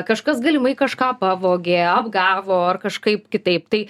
kažkas galimai kažką pavogė apgavo ar kažkaip kitaip tai